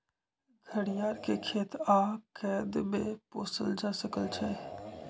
घरियार के खेत आऽ कैद में पोसल जा सकइ छइ